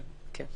כן.